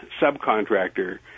subcontractor